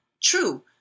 true